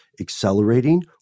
accelerating